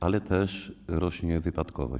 Ale też rośnie wypadkowość.